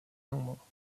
nombre